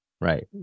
Right